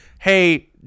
hey